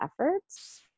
efforts